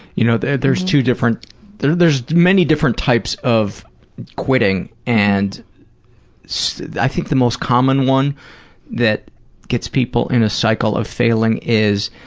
you know, there's two different there's many different types of quitting, and so i think the most common one that gets people in a cycle of failing is,